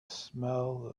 smell